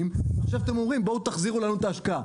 ועכשיו אתם אומרים: תחזירו לנו את ההשקעה.